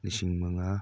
ꯂꯤꯁꯤꯡ ꯃꯉꯥ